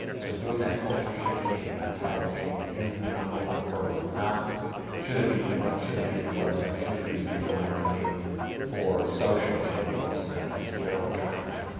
so doing that culture shift change, mentality change is the number one hurdle. it's not should it be email? should it be a new website? should it be digital marketing for social? should it be focusing on seo or content?